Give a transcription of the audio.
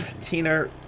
Tina